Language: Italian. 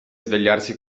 svegliarsi